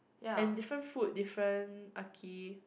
and different food different archi